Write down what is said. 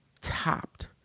topped